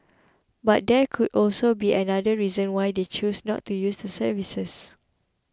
but there could also be other reasons why they choose not to use the services